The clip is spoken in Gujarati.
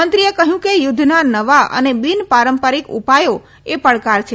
મંત્રીએ કહ્યું કે યુદ્ધના નવા અને બિન પારંપરીક ઉપાયો એ પડકાર છે